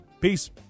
peace